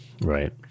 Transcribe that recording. Right